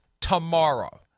tomorrow